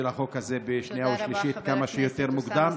החוק הזה בשנייה ושלישית כמה שיותר מוקדם,